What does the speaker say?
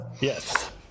yes